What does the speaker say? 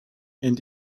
and